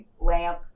lamp